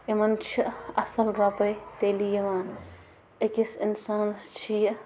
یِمَن چھِ اَصٕل رۄپَے تیٚلہِ یِوان أکِس اِنسانَس چھِ یہِ